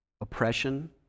oppression